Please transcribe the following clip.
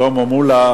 שלמה מולה,